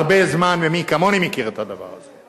הרבה זמן, ומי כמוני מכיר את הדבר הזה.